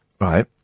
right